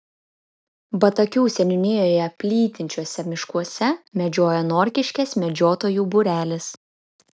batakių seniūnijoje plytinčiuose miškuose medžioja norkiškės medžiotojų būrelis